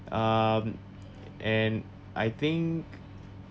um and I think